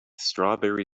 strawberry